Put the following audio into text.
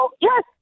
yes